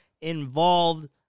involved